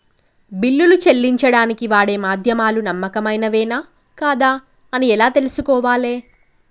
బిల్లులు చెల్లించడానికి వాడే మాధ్యమాలు నమ్మకమైనవేనా కాదా అని ఎలా తెలుసుకోవాలే?